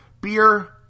beer